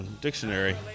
dictionary